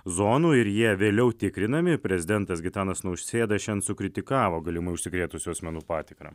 zonų ir jie vėliau tikrinami prezidentas gitanas nausėda šiandien sukritikavo galimai užsikrėtusių asmenų patikrą